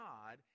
God